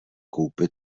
koupi